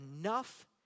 enough